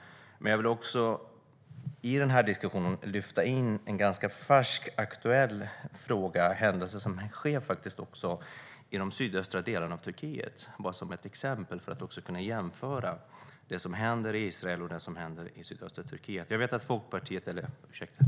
Jag vill också lyfta in en ganska färsk och aktuell fråga i diskussionen. Det gäller händelser i de sydöstra delarna av Turkiet. Jag tar dem som ett exempel för att kunna jämföra det som händer i Israel och det som händer i sydöstra Turkiet.